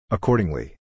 Accordingly